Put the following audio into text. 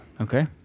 Okay